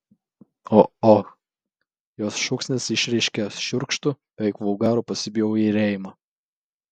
o och jos šūksnis išreiškė šiurkštų beveik vulgarų pasibjaurėjimą